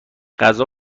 غذا